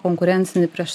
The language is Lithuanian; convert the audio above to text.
konkurencinį prieš